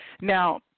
Now